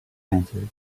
answered